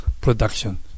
production